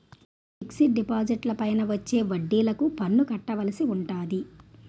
fixed డిపాజిట్లపైన వచ్చే వడ్డిలకు పన్ను కట్టవలసి ఉంటాది